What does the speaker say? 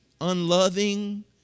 unloving